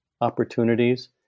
opportunities